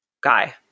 guy